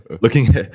looking